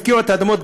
הפקיעו את האדמות,